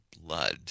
Blood